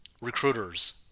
Recruiters